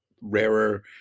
rarer